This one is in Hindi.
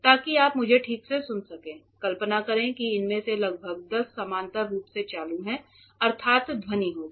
ताकि आप मुझे ठीक से सुन सकें कल्पना करें कि इनमें से लगभग 10 समानांतर रूप से चालू है अर्थात ध्वनि होगी